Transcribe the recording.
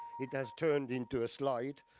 it has turned into a slide.